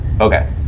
Okay